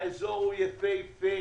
האזור הוא יפהפה.